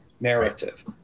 narrative